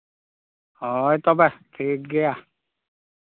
ᱦᱳᱭ ᱛᱚᱵᱮ ᱴᱷᱤᱠ ᱜᱮᱭᱟ